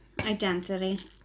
identity